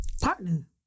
partner